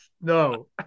no